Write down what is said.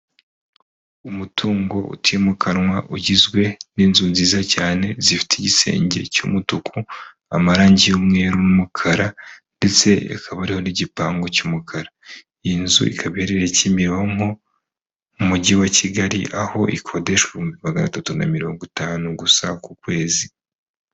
Umutungo utimukanwa ugizwe n'inzu nziza cyane, zifite igisenge cy'umutuku, amarangi y'umweru n'umukara ndetse rikaba ririho n'igipangu cy'umukara. Iyi nzu ikaba iherereye Kimironko mu mujyi wa Kigali, aho ikodeshwa magana atatu na mirongo itanu gusa ku kwezi.